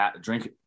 drink